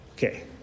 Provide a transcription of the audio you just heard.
Okay